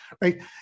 right